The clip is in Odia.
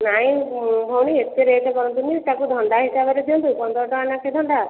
ନାଇଁ ଭଉଣୀ ଏତେ ରେଟ କରନ୍ତୁନି ତାକୁ ଦଣ୍ଡା ହିସାବରେ ଦିଅନ୍ତୁ ପନ୍ଦର ଟଙ୍କା ଲେଖାଁ ଦଣ୍ଡା